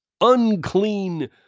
unclean